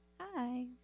Hi